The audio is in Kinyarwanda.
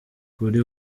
kuri